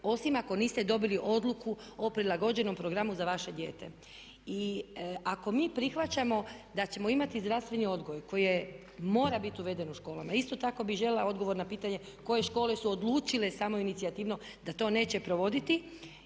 osim ako niste dobili odluku o prilagođenom programu za vaše dijete. I ako mi prihvaćamo da ćemo imati zdravstveni odgoj koji je, mora biti uveden u školama. Isto tako bih željela odgovor na pitanje koje škole su odlučile samoinicijativno da to neće provoditi.